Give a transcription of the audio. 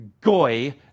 Goy